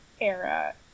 era